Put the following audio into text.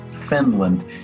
Finland